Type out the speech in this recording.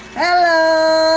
hello!